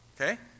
Okay